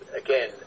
again